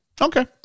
Okay